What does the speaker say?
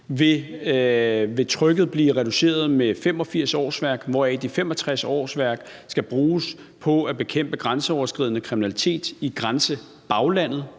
vil trykket blive reduceret med 85 årsværk, hvoraf de 65 årsværk skal bruges på at bekæmpe grænseoverskridende kriminalitet i grænsebaglandet,